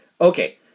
Okay